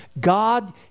God